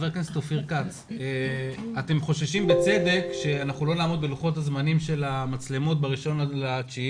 בצדק אתם חוששים שלא נעמוד בלוחות הזמנים להתקנת המצלמות ב-1 בספטמבר,